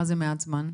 מה זה מעט זמן?